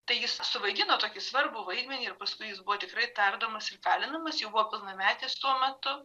tai jis suvaidino tokį svarbų vaidmenį ir paskui jis buvo tikrai tardomas ir kalinamas jau buvo pilnametis tuo metu